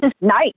nice